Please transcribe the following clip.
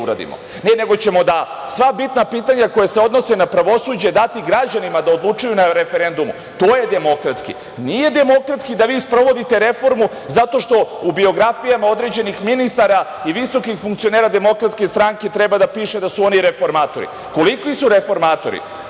nego ćemo da sva bitna pitanja koja se odnose na pravosuđe dati građanima da odlučuju na referendumu. To je demokratski. Nije demokratski da vi sprovodite reformu zato što u biografijama određenih ministra i visokih funkcionera Demokratske stranke treba da piše da su oni reformatori. Koliki su reformatori,